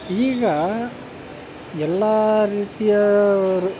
ಈಗ ಎಲ್ಲ ರೀತಿಯವರು